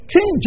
King